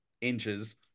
inches